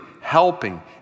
helping